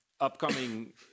upcoming